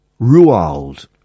Ruald